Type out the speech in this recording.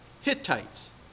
Hittites